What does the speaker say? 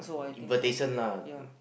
invitation lah